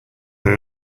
they